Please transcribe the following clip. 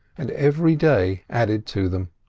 and every day added to them.